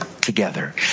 together